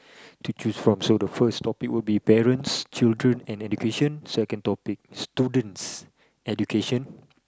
to choose from so the first topic would be parents children education second topic students education